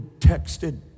texted